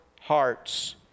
hearts